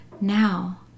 now